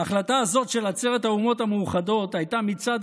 ההחלטה הזאת של עצרת האומות המאוחדות הייתה מצד